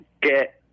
get